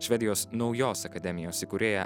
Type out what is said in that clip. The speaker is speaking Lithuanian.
švedijos naujos akademijos įkūrėja